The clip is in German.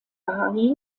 bari